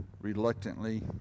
reluctantly